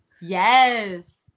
Yes